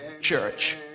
church